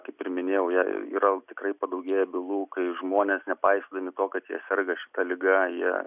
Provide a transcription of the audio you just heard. kaip ir minėjau jau yra tikrai padaugėję bylų kai žmonės nepaisydami to kad jie serga šita liga jie